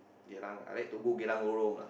Geylang I like to go Geylang-Lorong lah